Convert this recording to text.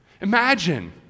Imagine